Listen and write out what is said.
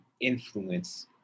influence